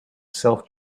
self